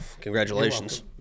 congratulations